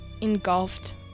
engulfed